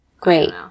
Great